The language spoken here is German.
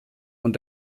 und